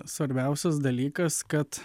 svarbiausias dalykas kad